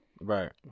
right